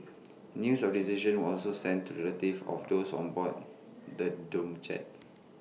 news of decision was also sent to relatives of those on board the doomed jet